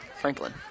Franklin